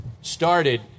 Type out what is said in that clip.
started